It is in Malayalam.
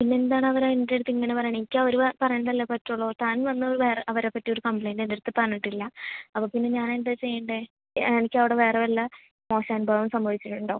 പിന്നെ എന്താണ് അവർ എൻ്റെ അടുത്ത് ഇങ്ങനെ പറയുന്നത് എനിക്ക് അവർ പറയുന്നത് അല്ലേ പറ്റുള്ളൂ താൻ വന്ന് വേറെ അവരെ പറ്റി ഒരു കംപ്ലയിൻറ്റ് എൻ്റെ അടുത്ത് തന്നിട്ടില്ല അപ്പോൾ പിന്നെ ഞാൻ എന്താ ചെയ്യണ്ടേ തനിക്ക് അവിടെ വേറെ വല്ല മോശം അനുഭവം സംഭവിച്ചിട്ടുണ്ടോ